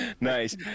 Nice